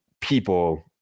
people